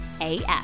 AF